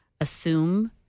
assume